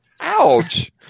Ouch